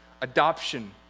adoption